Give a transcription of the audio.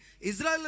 Israel